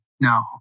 No